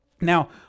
Now